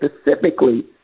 specifically